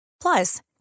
Plus